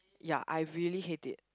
ya I really hate it